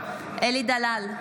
אלי דלל,